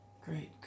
Great